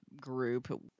group